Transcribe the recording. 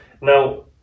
Now